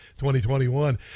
2021